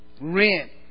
rent